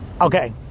okay